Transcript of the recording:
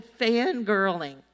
fangirling